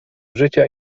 życia